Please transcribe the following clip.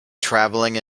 traveling